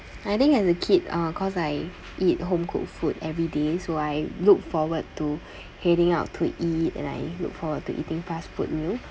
I think as a kid uh cause I eat home cooked food every day so I look forward to heading out to eat and I look forward to eating fast food meal